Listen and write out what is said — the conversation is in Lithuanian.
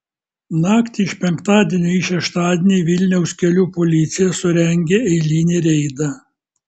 naktį iš penktadienio į šeštadienį vilniaus kelių policija surengė eilinį reidą